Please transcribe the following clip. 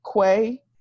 Quay